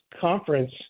conference